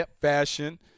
fashion